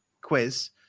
quiz